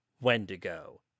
Wendigo